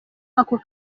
ako